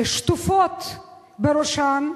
שטופות בראשן,